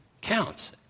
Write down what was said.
counts